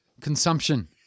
Consumption